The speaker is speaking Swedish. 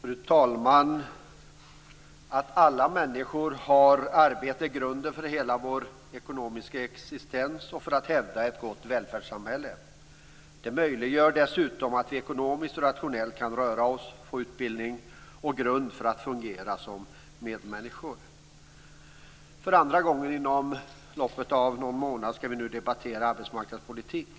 Fru talman! Att människor har arbete är grunden för hela vår ekonomiska existens och för att hävda ett gott välfärdssamhälle. Det möjliggör dessutom att vi ekonomiskt och rationellt kan röra oss, få utbildning och grund för att fungera som medmänniskor. För andra gången inom loppet av en månad skall vi nu debattera arbetsmarknadspolitik.